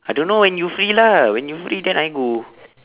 I don't know when you free lah when you free then I go